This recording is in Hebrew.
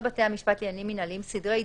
בתי משפט לעניינים מינהליים (סדרי דין),